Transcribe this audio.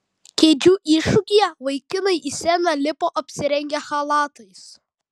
kėdžių iššūkyje vaikinai į sceną lipo apsirengę chalatais